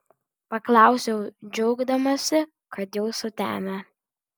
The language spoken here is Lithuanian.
paklausiau džiaugdamasi kad jau sutemę